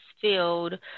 field